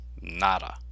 nada